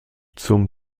zum